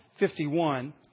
51